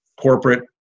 corporate